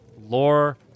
lore